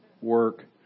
work